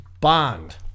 bond